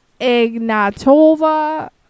Ignatova